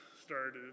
started